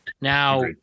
Now